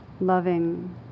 loving